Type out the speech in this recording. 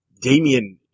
Damien